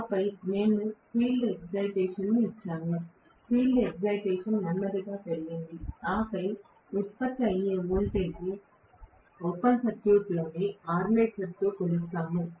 ఆపై మేము field excitation ఇచ్చాము ఫీల్డ్ ఎక్సైటేషన్ నెమ్మదిగా పెరిగింది ఆపై ఉత్పత్తి అయ్యే వోల్టేజ్ ఓపెన్ సర్క్యూట్లోని ఆర్మేచర్తో కొలుస్తారు